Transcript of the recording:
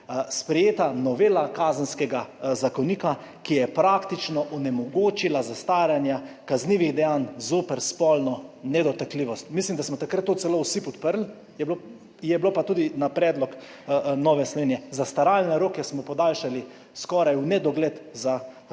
sprejeta novela Kazenskega zakonika, ki je praktično onemogočila zastaranja kaznivih dejanj zoper spolno nedotakljivost. Mislim, da smo takrat to celo vsi podprli, je bilo pa tudi na predlog Nove Slovenije. Zastaralne roke smo podaljšali skoraj v nedogled, za trikrat.